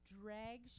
drag